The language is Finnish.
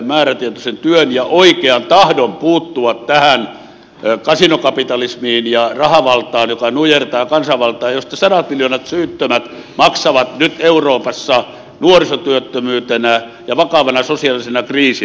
määrätietoisen työn ja oikean tahdon puuttua tähän kasinokapitalismiin ja rahavaltaan jotka nujertavat kansanvaltaa ja joista sadat miljoonat syyttömät maksavat nyt euroopassa nuorisotyöttömyytenä ja vakavana sosiaalisena kriisinä ja epävarmuutena